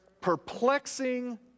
perplexing